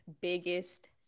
biggest